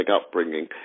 upbringing